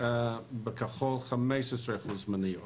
בכחול 15% מניות.